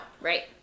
Right